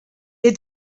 had